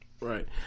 Right